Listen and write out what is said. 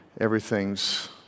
everything's